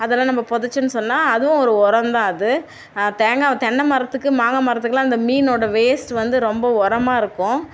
அதெல்லாம் நம்ம புதச்சோம்னு சொன்னால் அதுவும் ஒரு உரம் தான் அது அது தேங்காவை தென்நனை மரத்துக்கு மங்காய் மரத்துக்கெலாம் இந்த மீனோடய வேஸ்ட்டு வந்து ரொம்ப உரமாக இருக்கும்